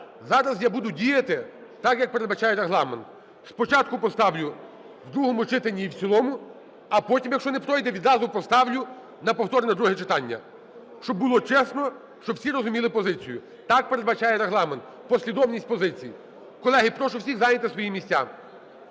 Зараз я буду діяти так, як передбачає Регламент. Спочатку поставлю в другому читанні і в цілому, а потім, якщо не пройде, відразу поставлю на повторне друге читання, щоб було чесно, щоб всі розуміли позицію. Так передбачає Регламент – послідовність позицій. Колеги, прошу всіх зайняти свої місця.